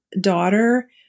daughter